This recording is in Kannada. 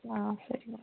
ಹಾಂ ಸರಿ ಮ್ಯಾಮ್